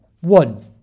One